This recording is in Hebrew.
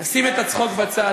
אשים את הצחוק בצד.